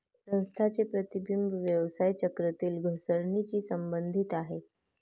संस्थांचे प्रतिबिंब व्यवसाय चक्रातील घसरणीशी संबंधित आहे